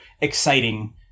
exciting